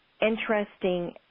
interesting